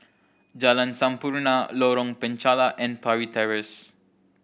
Jalan Sampurna Lorong Penchalak and Parry Terrace